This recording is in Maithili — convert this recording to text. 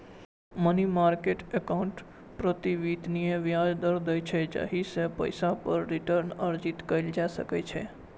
मनी मार्केट एकाउंट परिवर्तनीय ब्याज दर दै छै, जाहि सं पैसा पर रिटर्न अर्जित कैल जा सकै छै